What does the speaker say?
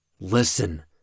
Listen